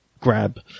grab